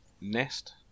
Nest